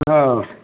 इधर आओ